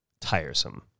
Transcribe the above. tiresome